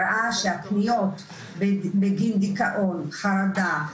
ראה שהפניות בגין דיכאון, חרדה,